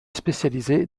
spécialisé